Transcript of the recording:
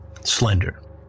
slender